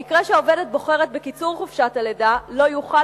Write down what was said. במקרה שהעובדת בוחרת בקיצור חופשת הלידה לא יוכל